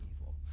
evil